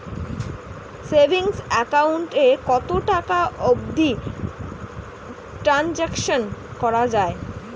Savings account এ কতো টাকা অবধি ট্রানসাকশান করা য়ায়?